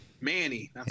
Manny